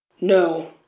No